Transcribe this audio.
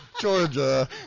Georgia